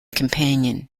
companion